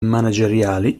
manageriali